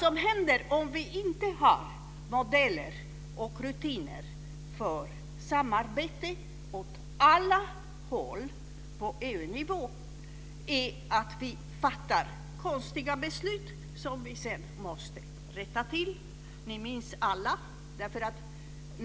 Om vi inte har modeller och rutiner för samarbete åt alla håll på EU-nivå, fattar vi konstiga beslut som vi sedan måste rätta till.